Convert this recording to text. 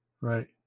Right